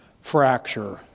Fracture